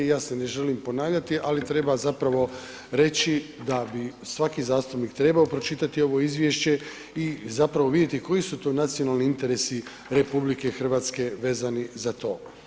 Ja se ne želim ponavljati, ali treba zapravo reći da bi svaki zastupnik trebao pročitati ovo izvješće i zapravo vidjeti koji su to nacionalni interesi RH vezani za to.